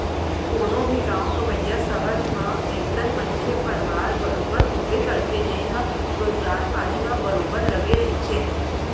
कोनो भी गाँव गंवई, सहर म अइसन मनखे परवार बरोबर होबे करथे जेनहा रोजगार पानी म बरोबर लगे रहिथे